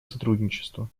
сотрудничества